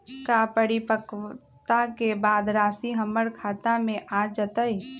का परिपक्वता के बाद राशि हमर खाता में आ जतई?